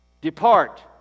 Depart